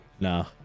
No